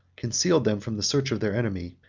concealed them from the search of their enemy,